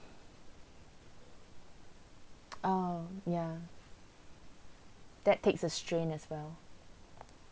oh yeah that takes a strain as well